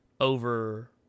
over